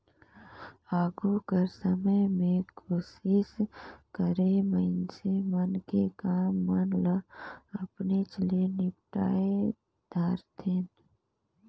आघु कर समे में कोसिस करें मइनसे मन कि काम मन ल अपनेच ले निपटाए धारतेन